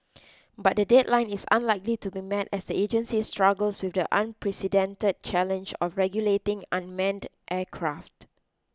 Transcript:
but the deadline is unlikely to be met as the agency struggles with the unprecedented challenge of regulating unmanned aircraft